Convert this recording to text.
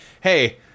hey